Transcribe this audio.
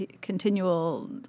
continual